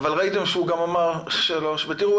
אבל ראיתם שהוא גם אמר שלוש שנים ותראו,